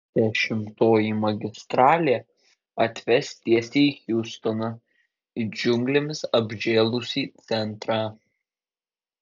dešimtoji magistralė atves tiesiai į hjustoną į džiunglėmis apžėlusį centrą